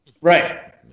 Right